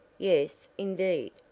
yes, indeed,